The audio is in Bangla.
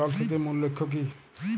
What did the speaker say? জল সেচের মূল লক্ষ্য কী?